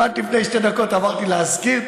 אם עד לפני שתי דקות אמרת לי להזכיר,